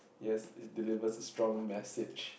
yes it delivers it's strong message